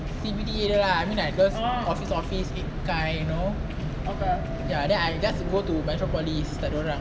C_B_D lah I mean like those office office kind you know ya then I just go to metropolis tak ada orang